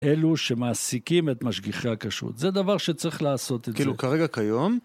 אלו שמעסיקים את משגיחי הכשרות, זה דבר שצריך לעשות את זה. כאילו, כרגע, כיום?